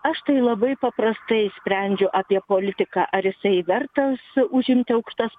aš tai labai paprastai sprendžiu apie politiką ar jisai vertas užimti aukštas